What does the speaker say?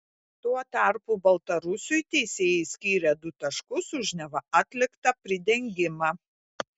tuo tarpu baltarusiui teisėjai skyrė du taškus už neva atliktą pridengimą